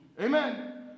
Amen